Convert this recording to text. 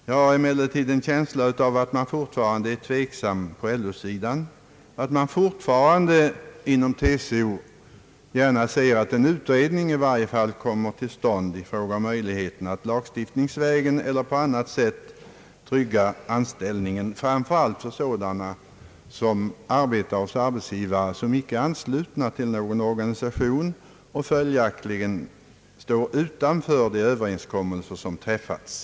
Jag har emellertid en känsla av att man fortfarande är tveksam på LO sidan och att man fortfarande inom TCO gärna ser att i varje fall en utredning kommer till stånd om möjligheterna att lagstiftningsvägen eller på annat sätt trygga anställningen, framför allt för arbetare hos arbetsgivare som inte är anslutna till någon or ganisation och följaktligen står utanför de överenskommelser som har träffats.